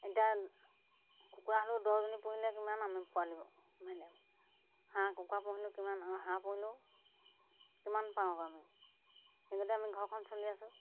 এতিয়া কুকুৰা হ'লেও দহজনী পুহিলে কিমান আমি পোৱালিব হাঁহ কুকুৰা পুহিলোঁ কিমান আৰু হাঁহ পুহিলেও কিমান পাওঁ আমি সেই গতিকে আমি ঘৰখন চলি আছোঁ